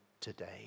today